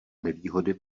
nevýhody